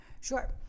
Sure